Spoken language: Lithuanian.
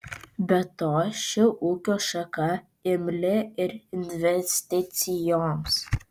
be to ši ūkio šaka imli ir investicijoms